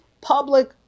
public